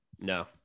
No